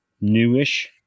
newish